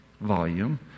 volume